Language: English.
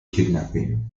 kidnapping